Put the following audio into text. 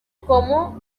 como